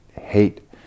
hate